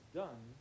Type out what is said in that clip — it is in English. done